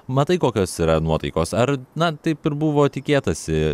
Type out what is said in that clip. matai kokios yra nuotaikos ar na taip ir buvo tikėtasi